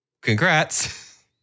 Congrats